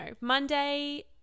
Monday